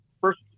first